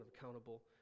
accountable